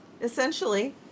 Essentially